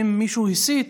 אם מישהו הסית,